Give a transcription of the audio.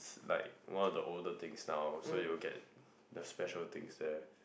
like one of the older things now so you will get the special things there